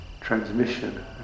transmission